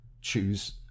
choose